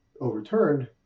overturned